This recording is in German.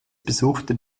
besuchte